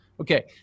okay